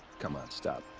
come on, stop.